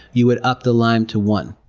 you would up the lime to one.